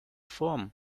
from